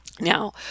Now